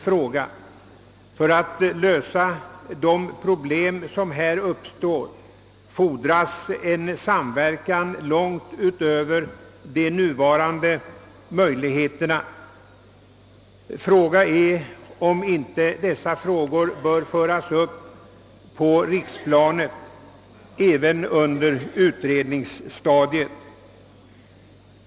För att lösa de problem som härvidlag uppstår fordras en samverkan långt utöver de nuvarande möjligheterna. Fråga är om inte dessa spörsmål bör föras upp på riksplanet även under utredningsstadiet.